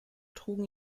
trugen